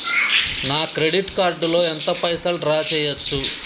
నా credit card లో ఎంత పైసల్ డ్రా చేయచ్చు?